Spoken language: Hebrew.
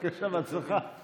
אני מבטיח לך שלא